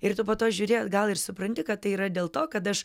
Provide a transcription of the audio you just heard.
ir tu po to žiūrėk gal ir supranti kad tai yra dėl to kad aš